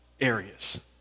areas